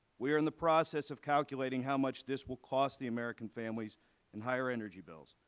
we are in the process of calculating how much this will cost the american families in higher energy bills.